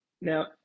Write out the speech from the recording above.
Now